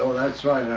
that's right.